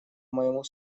моему